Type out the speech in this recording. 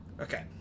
Okay